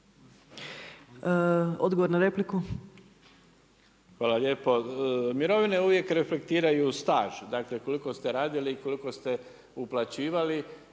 Mirando (SDP)** Hvala lijepo. Mirovine uvijek reflektiraju staž. Dakle, koliko ste radili i koliko ste uplaćivali.